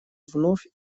вновь